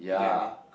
you get what I mean